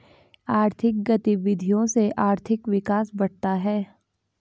आर्थिक गतविधियों से आर्थिक विकास बढ़ता है